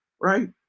right